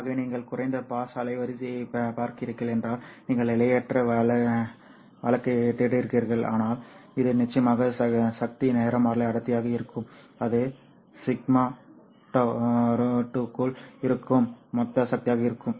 ஆகவே நீங்கள் குறைந்த பாஸ் அலைவரிசையைப் பார்க்கிறீர்கள் என்றால் நீங்கள் எல்லையற்ற வழக்கைத் தேடுகிறீர்களானால் இது நிச்சயமாக சக்தி நிறமாலை அடர்த்தியாக இருக்கும் அது σ2 க்குள் இருக்கும் மொத்த சக்தியாக இருக்கும்